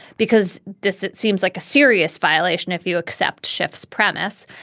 because this seems like a serious violation if you accept schiff's premise.